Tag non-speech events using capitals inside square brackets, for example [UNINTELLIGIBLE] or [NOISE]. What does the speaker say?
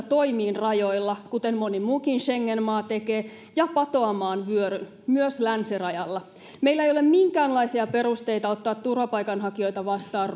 [UNINTELLIGIBLE] toimiin rajoilla kuten moni muukin schengen maa tekee ja patoamaan vyöryn myös länsirajalla meillä ei ole minkäänlaisia perusteita ottaa turvapaikanhakijoita vastaan [UNINTELLIGIBLE]